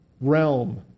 realm